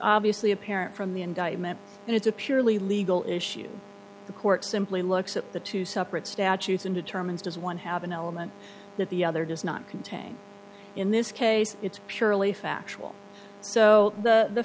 obviously apparent from the indictment and it's a purely legal issue the court simply looks at the two separate statutes and determines does one have an element that the other does not contain in this case it's purely factual so the